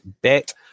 bet